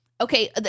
Okay